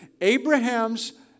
Abraham's